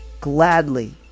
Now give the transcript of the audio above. gladly